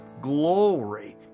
glory